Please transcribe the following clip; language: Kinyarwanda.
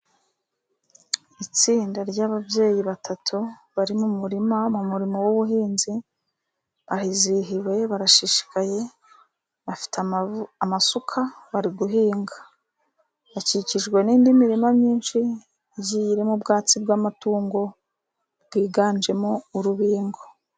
Itsinda ry'ababyeyi batatu bari mu murima, mu murimo w'ubuhinzi barihizihiwe barashishikaye, bafite amasuka bari guhinga. Hakikijwe n'indi mirima myinshi igiye irimo ubwatsi bw'amatungo bwiganjemo urubingo.